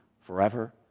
forever